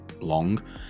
long